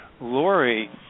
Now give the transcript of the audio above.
Lori